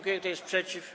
Kto jest przeciw?